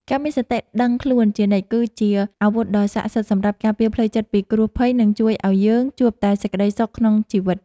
ការមានសតិដឹងខ្លួនជានិច្ចគឺជាអាវុធដ៏សក្ដិសិទ្ធិសម្រាប់ការពារផ្លូវចិត្តពីគ្រោះភ័យ និង ជួយឱ្យយើងជួបតែសេចក្តីសុខក្នុងជីវិត។